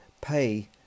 pay